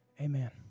amen